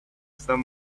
some